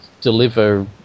deliver